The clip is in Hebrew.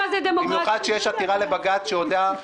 במיוחד שיש עתירה לבג"ץ שעדיין לא נדונה.